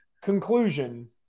Conclusion